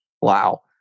Wow